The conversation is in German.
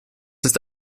ist